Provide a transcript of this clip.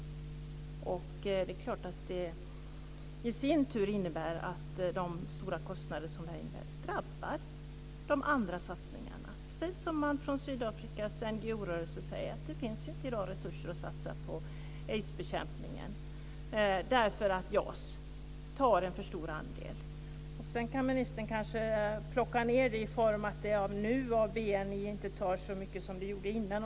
Det är klart att det i sin tur innebär att dessa stora kostader drabbar de andra satsningarna. Det är precis det man säger från Sydafrikas NGO-rörelse, att det inte i dag finns resurser att satsa på aidsbekämpningen för att JAS tar en för stor andel. Sedan kan ministern kanske plocka ned det genom att säga att det nu inte tar så mycket av BNI som det gjorde innan.